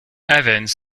evans